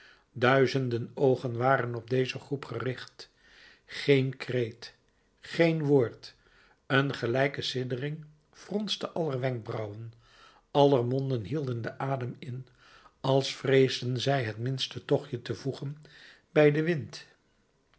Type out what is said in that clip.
duizenden oogen waren op deze groep gericht geen kreet geen woord een gelijke siddering fronste aller wenkbrauwen aller monden hielden den adem in als vreesden zij het minste tochtje te voegen bij den wind